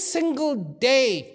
single day